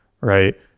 right